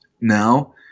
Now –